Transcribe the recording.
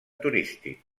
turístic